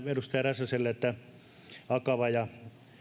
edustaja räsäselle että akava ja